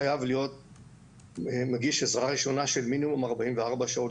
חייב להיות מגיש עזרה ראשונה של מינימום 44 שעות.